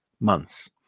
months